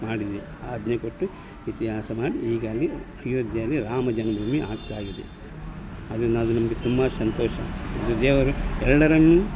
ಮಾಡಿದೆ ಆಜ್ಞೆ ಕೊಟ್ಟು ಇತಿಹಾಸ ಮಾಡಿ ಈಗ ಅಲ್ಲಿ ಅಯೋಧ್ಯೆಯಲ್ಲಿ ರಾಮ ಜನ್ಮಭೂಮಿ ಆಗ್ತಾಯಿದೆ ಅದು ನಮಗೆ ಒಂದು ತುಂಬ ಸಂತೋಷ ದೇವರು ಎಲ್ಲರನ್ನು